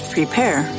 Prepare